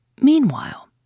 Meanwhile